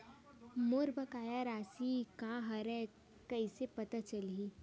मोर बकाया राशि का हरय कइसे पता चलहि?